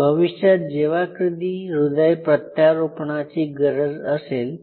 भविष्यात जेव्हा कधी हृदय प्रत्यारोपणाची गरज असेल